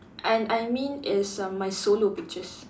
and I mean it's err my solo pictures